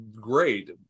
great